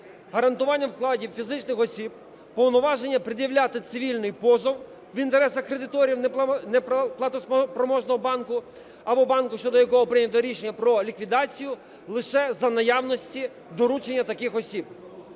гарантування вкладів фізичних осіб повноваження пред'являти цивільний позов в інтересах кредиторів неплатоспроможного банку або банку, щодо якого прийнято рішення про ліквідацію, лише за наявності доручення таких осіб.